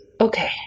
Okay